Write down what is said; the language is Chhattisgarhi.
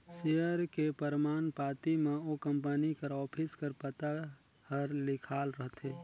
सेयर के परमान पाती म ओ कंपनी कर ऑफिस कर पता हर लिखाल रहथे